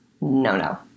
no-no